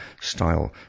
style